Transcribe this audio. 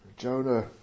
Jonah